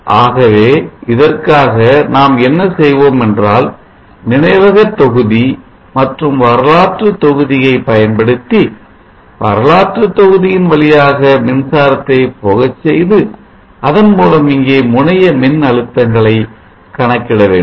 ஆகவே இதற்காக நாம் என்ன செய்வோம் என்றால் நினைவக தொகுதி மற்றும் வரலாற்று தொகுதியை பயன்படுத்தி வரலாற்று தொகுதியின் வழியாக மின்சாரத்தை போகச் செய்து அதன் மூலம் இங்கே முனைய மின் அழுத்தங்களை கணக்கிடவேண்டும்